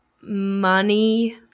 Money